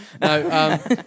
No